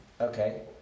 Okay